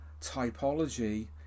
typology